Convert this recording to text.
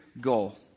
goal